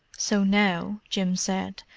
so now, jim said,